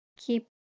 keep